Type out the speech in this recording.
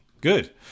Good